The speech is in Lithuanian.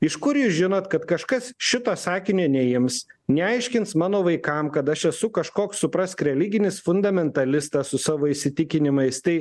iš kur jūs žinot kad kažkas šito sakinio neims neaiškins mano vaikam kad aš esu kažkoks suprask religinis fundamentalistas su savo įsitikinimais tai